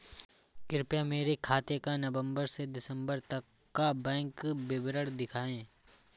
कृपया मेरे खाते का नवम्बर से दिसम्बर तक का बैंक विवरण दिखाएं?